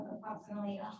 approximately